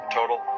total